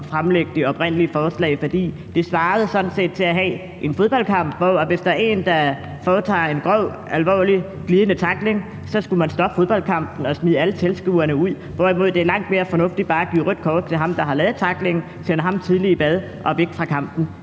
fremsatte det oprindelige forslag, fordi det sådan set svarede til, at man, hvis der under en fodboldkamp var en, der foretog en grov, alvorlig glidende tackling, så skulle stoppe fodboldkampen og smide alle tilskuerne ud, selv om det er langt mere fornuftigt bare at give rødt kort til ham, der har lavet tacklingerne, og sende ham tidligt i bad og væk fra kampen.